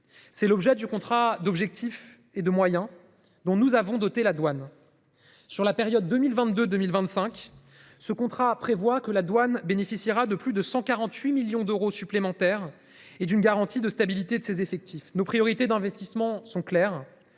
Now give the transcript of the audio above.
C'est l'objet du contrat d'objectifs et de moyens dont nous avons doté la douane. Sur la période 2022 2025. Ce contrat prévoit que la douane bénéficiera de plus de 148 millions d'euros supplémentaires et d'une garantie de stabilité de ses effectifs. Nos priorités d'investissement sont claires,